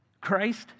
Christ